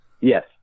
Yes